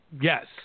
yes